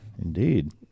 indeed